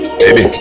baby